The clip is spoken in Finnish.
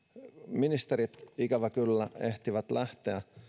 ministerit ikävä kyllä ehtivät lähteä